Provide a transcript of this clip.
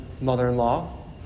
mother-in-law